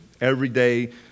everyday